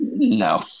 No